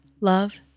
love